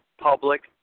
public